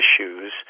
issues